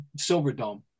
Silverdome